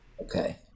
okay